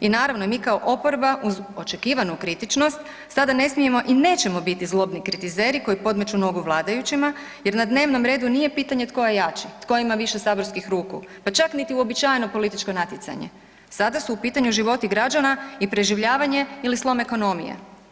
i naravno mi kao oporba uz očekivanu kritičnost sada ne smijemo i nećemo biti zlobni kritizeri koji podmeću nogu vladajućima jer na dnevnom redu nije pitanje tko je jači, tko ima više saborskih ruku, pa čak niti uobičajeno političko natjecanje, sada su u pitanju životi građana i preživljavanje ili slom ekonomije.